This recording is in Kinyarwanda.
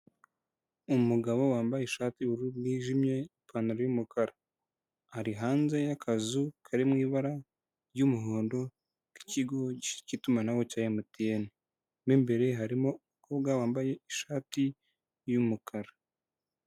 Umugabo wambaye ishati y'ubururu bwijimye, ipantaro y'umukara, ari hanze y'akazu kari mu ibara ry'umuhondo, k'ikigo cy'itumanaho cya MTN, mo imbere harimo umukobwa wambaye ishati y'umukara.